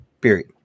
Period